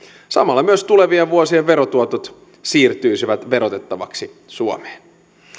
samalla myös tulevien vuosien verotuotot siirtyisivät verotettavaksi suomeen